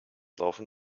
laufen